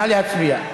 נא להצביע.